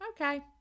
Okay